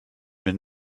been